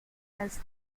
has